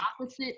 opposite